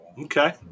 Okay